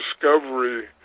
discovery